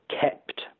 kept